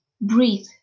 breathe